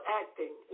acting